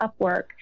Upwork